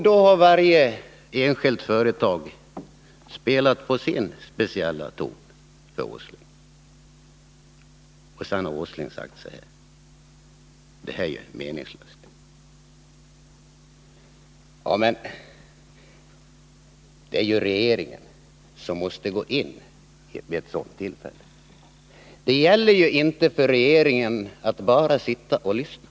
Då har väl varje enskilt företag spelat sin speciella melodi för herr Åsling. Och sedan har herr Åsling sagt sig: Det här är ju meningslöst. Men det är ju regeringen som måste ingripa vid ett sådant tillfälle. Regeringen kan juinte bara sitta och lyssna.